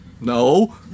No